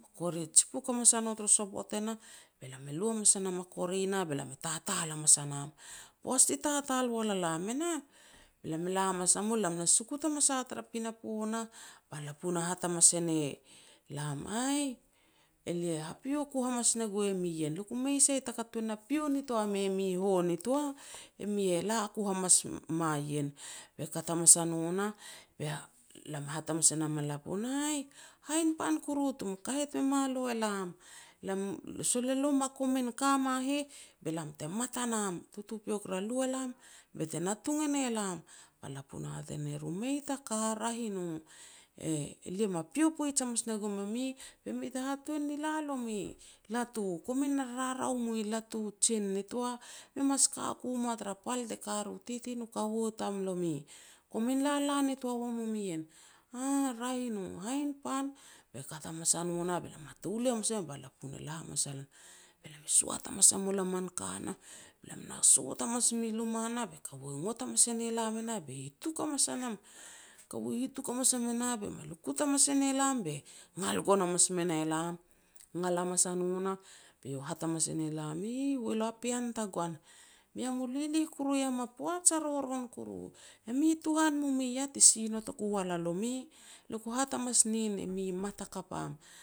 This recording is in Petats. kori jipuk hamas a no turu sovot e nah be lam e lu hamas e nam a kori nah be lam e tatal hamas a nam. Poaj ti tatal wa la lam e nah, be lam e la hamas a mul lam na sukut hamas a tara pinapo nah ba lapun e hat hamas e ne lam, "Aih, elia hapio ku hamas ne gue mi ien, le ku mei sai taka tuan ni pio me mi ho nitoa. Emi e la ku hamas ma ien." Be kat hamas a no nah be lam e hat hamas e nam a lapun, "Aih, hainpan kuru tumu kahet me ma lo elam sol elo ma komin ka ma heh, be lam te mat a nam. Tutupiok ra lu e lam be te natung e ne lam." Ba lapun e hat e ne ru, "Mei ta ka, raeh i no, e-elia me pio poij hamas ne gum e mi be mi te hatuan ni la no mi latu. Komin na rarau mua latu jen nitoa, me mas ka mua tara pal te ka ria u kaua nu titi tamlomi, komin lala nitoa wa mum ien." "Aah, raeh i no, hainpan." Be kat hamas a no nah be lam hatouleh e nam ba lapun e la hamas a lan, be lam e soat hamas e mul a min ka nah, be lam na sot hamas mui luma nah, be kaua ngot hamas e ne lam e nah, be hituk hamas a nam. Kaua hitok hamas am e nah be me lukut hamas e ne lam be ngal gon hamas me ne lam. Ngal hamas a no nah be hat hamas e ne lam, "Ee, hualu a pean tagoan, mi iam i lilih kuru iam a poaj a roron kuru, e mi tuhan mum i yah ti si notoku wa la lomi, le ku hat hamas nien e mi mat hakap am."